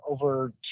over